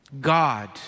God